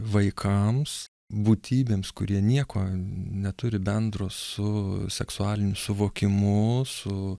vaikams būtybėms kurie nieko neturi bendro su seksualiniu suvokimu su